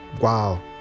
wow